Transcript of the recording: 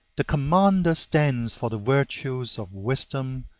the commander stands for the virtues of wisdom,